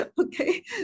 Okay